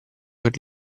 per